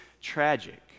tragic